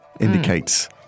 indicates